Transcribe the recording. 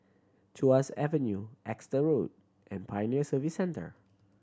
Tuas Avenue Exeter Road and Pioneer Service Centre